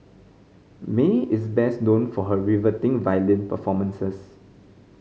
Mae is best known for her riveting violin performances